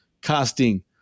casting